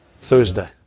Thursday